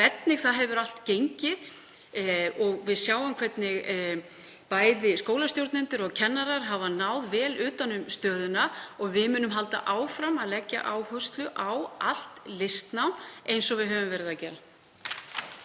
hvernig það hefur allt gengið. Við sjáum að bæði skólastjórnendur og kennarar hafa náð vel utan um stöðuna. Við munum halda áfram að leggja áherslu á allt listnám eins og við höfum verið að gera.